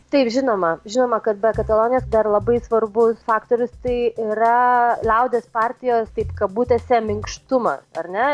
taip žinoma žinoma kad be katalonijos dar labai svarbus faktorius tai yra liaudies partijos taip kabutėse minkštumą ar ne